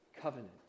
covenant